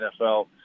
NFL